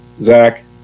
Zach